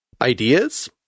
Ideas